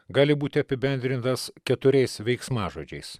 gali būti apibendrintas keturiais veiksmažodžiais